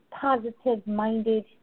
positive-minded